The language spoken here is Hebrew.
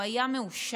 הוא היה מאושר,